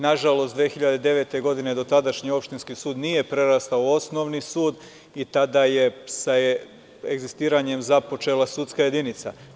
Nažalost, 2009. godine do tadašnje opštinski sud nije prerastao u osnovni sud i tada je sa egzistiranjem započela sudska jedinica.